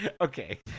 Okay